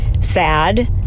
sad